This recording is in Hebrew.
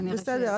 בסדר.